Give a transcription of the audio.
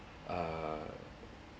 uh